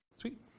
Sweet